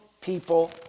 people